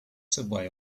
subway